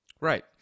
Right